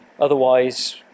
otherwise